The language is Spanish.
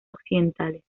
occidentales